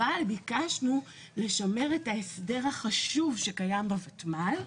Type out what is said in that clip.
אבל ביקשנו לשמר את ההסדר החשוב שקיים בותמ"ל,